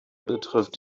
betrifft